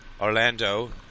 Orlando